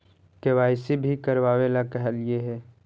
KYC भी करवावेला कहलिये हे?